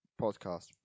podcast